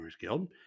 Guild